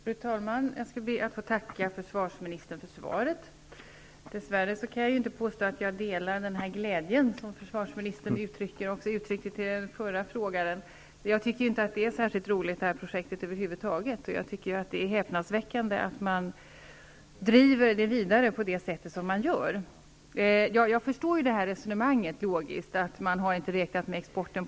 Fru talman! Jag skall be att få tacka försvarsministern för svaret. Dess värre delar jag inte den glädje som försvarministern nu ger uttryck för och även gav uttryck för till den förre frågeställaren. Jag tycker inte att det här projektet över huvud taget är särskilt roligt. Det är häpnadsväckande att projektet drivs vidare på det sätt som sker. Jag förstår rent logiskt resonemanget att inte räkna med exporten.